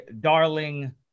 Darling